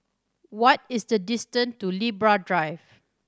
what is the distance to Libra Drive